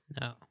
No